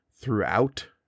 throughout